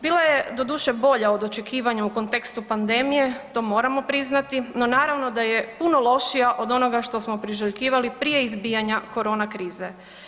Bila je doduše bolja od očekivanja u kontekstu pandemije, to moramo priznati, no naravno da je puno lošija od onoga što smo priželjkivali prije izbijanja korona krize.